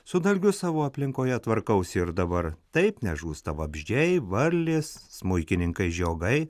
su dalgiu savo aplinkoje tvarkausi ir dabar taip nežūsta vabzdžiai varlės smuikininkai žiogai